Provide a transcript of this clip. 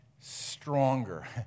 stronger